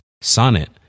Sonnet